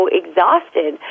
exhausted